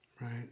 Right